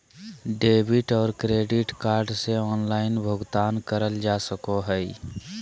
debit और credit card से online भुगतान करल जा सको हय